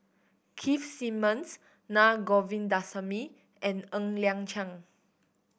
Keith Simmons Na Govindasamy and Ng Liang Chiang